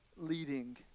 leading